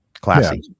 Classy